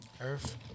earth